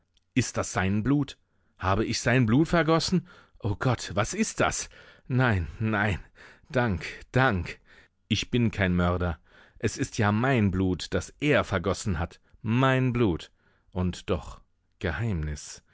ist das sein blut habe ich sein blut vergossen o gott was ist das nein nein dank dank ich bin kein mörder es ist ja mein blut das er vergossen hat mein blut und doch geheimnis